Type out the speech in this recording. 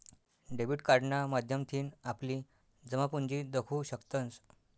debit कार्डना माध्यमथीन आपली जमापुंजी दखु शकतंस